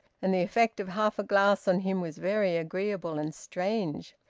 and the effect of half a glass on him was very agreeable and strange.